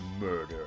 murder